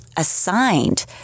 assigned